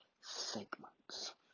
segments